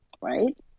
right